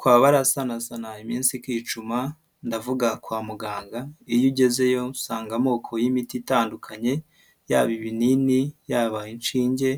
Kwa barasaanazana iminsi ikicuma ndavuga kwa muganga, iyo ugezeyo nsanga amoko y'imiti itandukanye, yaba ibinini, yaba inshinge